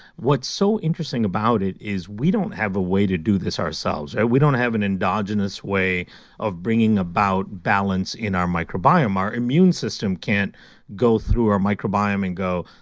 what's so interesting about it is we don't have a way to do this ourselves. we don't have an endogenous way of bringing about balance in our microbiome our immune system can't go through our microbiome and go,